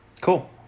Cool